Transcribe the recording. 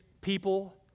people